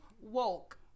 woke